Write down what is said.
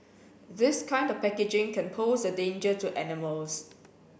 this kind of packaging can pose a danger to animals